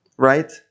right